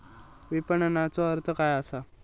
विपणनचो अर्थ काय असा?